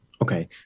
Okay